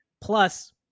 Plus